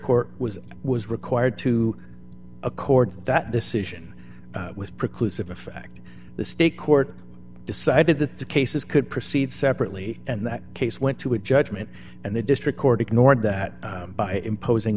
court was was required to accord that decision with precludes effect the state court decided that the cases could proceed separately and that case went to a judgment and the district court ignored that by imposing